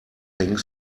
think